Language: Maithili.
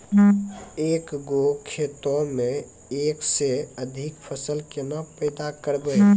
एक गो खेतो मे एक से अधिक फसल केना पैदा करबै?